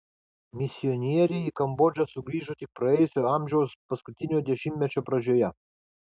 misionieriai į kambodžą sugrįžo tik praėjusio amžiaus paskutinio dešimtmečio pradžioje